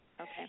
Okay